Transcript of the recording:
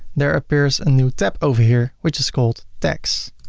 there appears a new tab over here which is called tax.